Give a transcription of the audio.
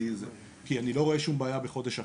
כי אני לא רואה שום בעיה בחודש אחר.